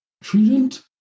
treatment